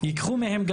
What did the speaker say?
ייקחו מהם גם